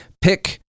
pick